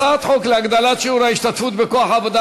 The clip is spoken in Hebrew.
הצעת חוק להגדלת שיעור ההשתתפות בכוח העבודה